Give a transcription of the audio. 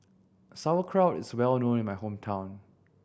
Sauerkraut is well known in my hometown